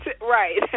right